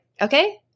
Okay